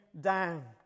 down